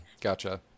Gotcha